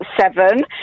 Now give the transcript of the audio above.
Seven